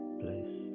place